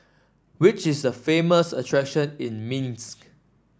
which are the famous attractions in Minsk